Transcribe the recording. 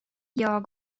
jag